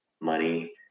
money